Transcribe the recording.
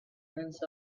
hens